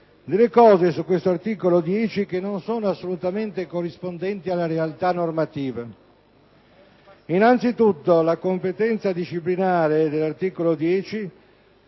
10, ho sentito affermazioni che non sono assolutamente corrispondenti alla realtà normativa. Innanzitutto, la competenza disciplinare dell'articolo 10